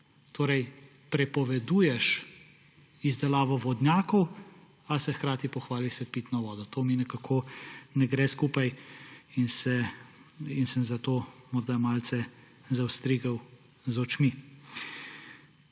Torej prepoveduješ izdelavo vodnjakov, a se hkrati pohvališ s pitno vodo. To mi nekako ne gre skupaj in sem zato morda malce zastrigel z očmi.